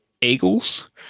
Eagles